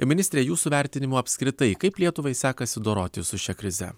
ministre jūsų vertinimu apskritai kaip lietuvai sekasi dorotis su šia krize